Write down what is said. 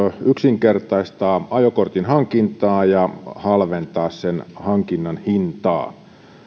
yksinkertaistaa ajokortin hankintaa ja halventaa sen hankinnan hintaa